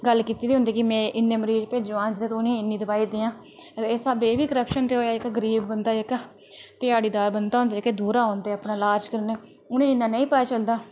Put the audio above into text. ते उ'नें पैह्लें गल्ल कीती दी होंदी की में इन्ने मरीज भेजङ तां इन्नी दवाई दियां ते इस स्हाबै एह्बी करप्शन होआ जेह्का गरीब बंदा जेह्का ध्याड़ीदार बंदा होंदा जेह्ड़ा दूरा औंदा अपना लाज कराने गी उ'नेंगी इन्ना नेईं पता चलदा